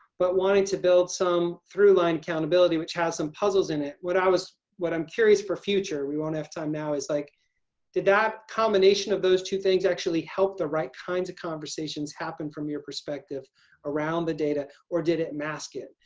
but wanting to build some through-line accountability, which has some puzzles in it. what i was? what i'm curious for future. we won't have time now. is like did that combination of those two things actually help the right kinds of conversations happen from your perspective around the data? or did it mask it